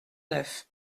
neuf